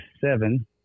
seven